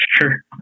sure